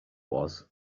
was